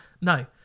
No